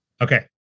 Okay